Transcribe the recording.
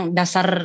dasar